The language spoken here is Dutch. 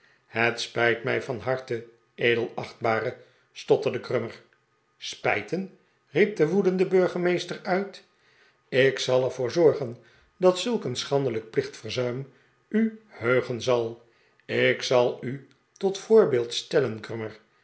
het spijt mij van harte edelachtbare stotterde grummer spijten riep de woedende burgemeester uit ik zal er voor zorgen dat zulk een schandelijk plichtverzuim u heugen zal ik zal u tot voorbeeld stellen